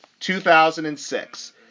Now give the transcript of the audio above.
2006